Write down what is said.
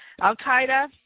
Al-Qaeda